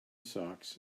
socks